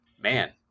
man